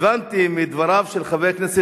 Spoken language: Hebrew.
אדוני השר,